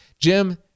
Jim